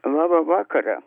laba vakara